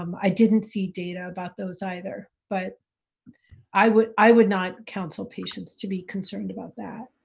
um i didn't see data about those either, but i would i would not counsel patients to be concerned about that.